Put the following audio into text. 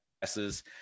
passes